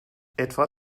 etwa